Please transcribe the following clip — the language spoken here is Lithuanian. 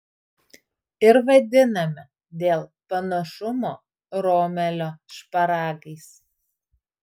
ir vadiname dėl panašumo romelio šparagais